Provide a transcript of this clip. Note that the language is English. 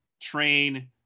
train